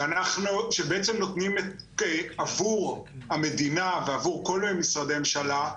שבעצם נותנים עבור המדינה ועבור כל משרדי הממשלה,